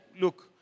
Look